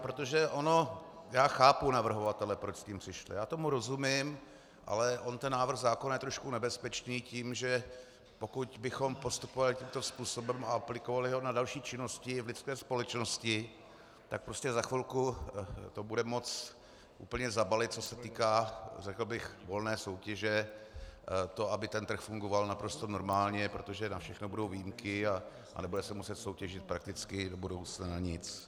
Protože ono já chápu navrhovatele, proč s tím přišli, já tomu rozumím, ale on ten návrh zákona je trošku nebezpečný tím, že pokud bychom postupovali tímto způsobem a aplikovali ho na další činnosti v lidské společnosti, tak prostě za chvilku to budeme moci úplně zabalit, co se týká, řekl bych, volné soutěže, toho, aby ten trh fungoval naprosto normálně, protože na všechno budou výjimky a nebude se muset soutěžit prakticky do budoucna nic.